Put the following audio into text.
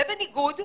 זה בניגוד,